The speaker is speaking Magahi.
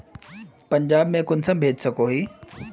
पंजाब में कुंसम भेज सकोही?